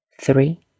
three